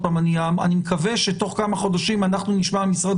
פעם שאני גם אני מקווה שתוך כמה חודשים אנחנו נשמע ממשרד